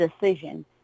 decision